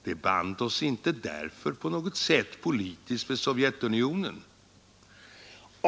Det band oss inte därför på något sätt politiskt vid Sovjetunionen.